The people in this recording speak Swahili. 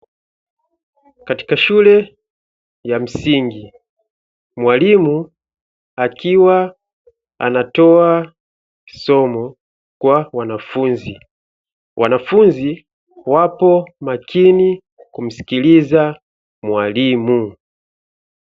Katika shule ya msingi, mwalimu akiwa anatoa somo kwa wanafunzi. Wanafunzi wako makini kumsikiliza mwalimu.